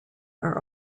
are